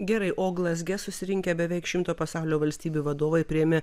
gerai o glazge susirinkę beveik šimto pasaulio valstybių vadovai priėmė